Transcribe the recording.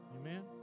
Amen